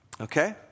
okay